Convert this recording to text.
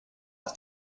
att